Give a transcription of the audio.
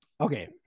okay